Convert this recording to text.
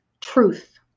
truth